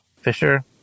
Fisher